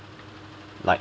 like